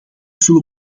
zullen